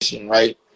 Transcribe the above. right